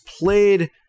played